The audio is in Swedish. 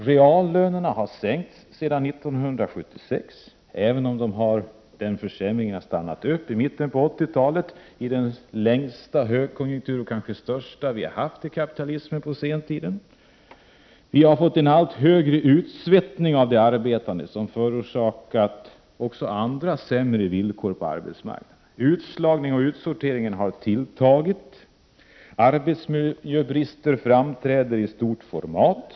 Reallönerna har sänkts sedan 1976, även om försämringen har stannat upp i mitten på 80-talet, under den kanske kraftigaste och mest långvariga högkonjunktur vi har haft inom kapitalismen på senare tid. Vi har fått en allt högre utsvettning av de arbetande, som förorsakat också andra sämre villkor på arbetsmarknaden. Utslagningen och utsorteringen har tilltagit. Arbetsmiljöbrister framträder i stort format.